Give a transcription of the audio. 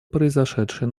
произошедшие